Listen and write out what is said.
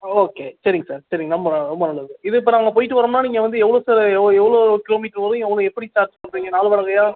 okay சரிங்க sir சரி ரொம்ப ரொம்ப நல்லது இது இப்போ நம்ம போயிட்டு வரோன்னா நீங்கள் வந்து எவ்வளோ சார் எவ்வளோ கிலோமீட்டரு வரும் எவ்வளோ எப்படி சார்ஜ் பண்ணுறிங்க நார்மெல்லாங்ளையா